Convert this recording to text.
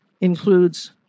includes